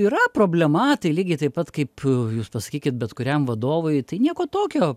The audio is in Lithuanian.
yra problema tai lygiai taip pat kaip jūs pasakykit bet kuriam vadovui tai nieko tokio